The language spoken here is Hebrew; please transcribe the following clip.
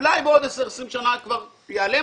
אולי בעוד עשר-עשרים שנים כבר ייעלם